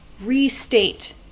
restate